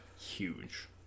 huge